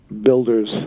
builders